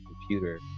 computer